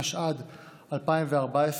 התשע"ד 2014,